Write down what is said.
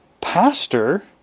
pastor